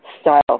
style